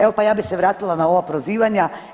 Evo, pa ja bi se vratila na ova prozivanja.